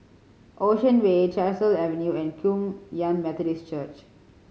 Ocean Way Tyersall Avenue and Kum Yan Methodist Church